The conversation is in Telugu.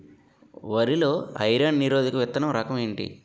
వరి లో ఐరన్ నిరోధక విత్తన రకం ఏంటి?